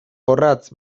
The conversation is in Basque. orratz